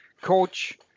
coach